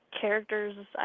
characters